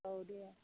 औ दे